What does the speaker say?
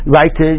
right